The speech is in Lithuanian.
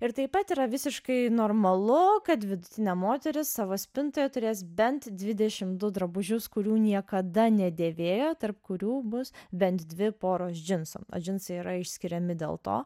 ir taip pat yra visiškai normalu kad vidutinė moteris savo spintoje turės bent dvidešim du drabužius kurių niekada nedėvėjo tarp kurių bus bent dvi poros džinsų o džinsai yra išskiriami dėl to